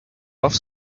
love